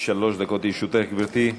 שלוש דקות לרשותך, גברתי.